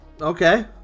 Okay